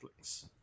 Netflix